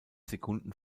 sekunden